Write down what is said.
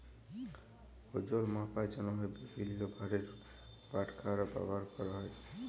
ওজল মাপার জ্যনহে বিভিল্ল্য ভারের বাটখারা ব্যাভার ক্যরা হ্যয়